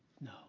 No